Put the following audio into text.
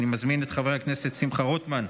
אני מזמין את חבר הכנסת שמחה רוטמן,